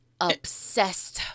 Obsessed